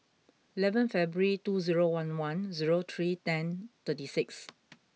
eleven February two zero one one zero three ten thirty six